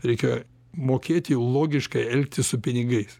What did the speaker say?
reikia mokėti logiškai elgtis su pinigais